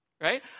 Right